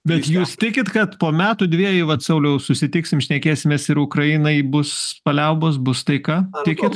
bet jūs tikit kad po metų dviejų vat sauliau susitiksim šnekėsimės ir ukrainai bus paliaubos bus taika tikit